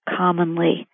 commonly